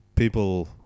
People